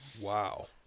Wow